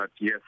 yes